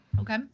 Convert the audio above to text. Okay